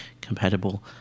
compatible